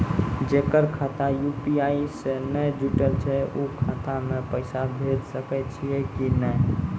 जेकर खाता यु.पी.आई से नैय जुटल छै उ खाता मे पैसा भेज सकै छियै कि नै?